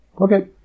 Okay